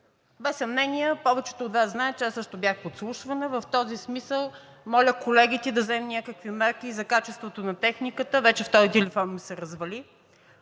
Без съмнение повече от Вас знаят, че аз също бях подслушвана в този смисъл. Моля колегите да вземат някакви мерки и за качеството на техниката – вече втори телефон ми се развали.